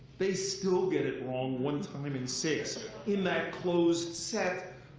they still get it wrong one time in six in that closed set,